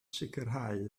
sicrhau